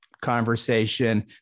conversation